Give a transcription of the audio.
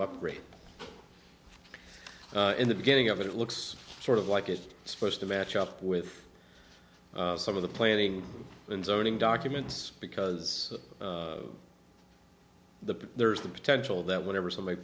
upgrade in the beginning of it it looks sort of like it's supposed to match up with some of the planning and zoning documents because the there's the potential that whenever somebody